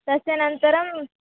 तस्यानन्तरम्